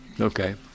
Okay